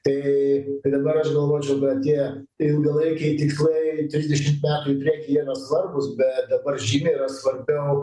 tai dabar aš galvočiau kad tie ilgalaikiai tikslai trisdešimt metų į priekį jie yra svarbūs bet dabar žymiai yra svarbiau